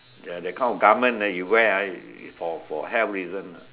the the kind of garment ah you wear ah for for health reasons ah